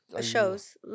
Shows